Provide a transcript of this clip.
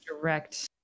direct